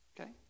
okay